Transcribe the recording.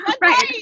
Right